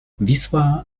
wisła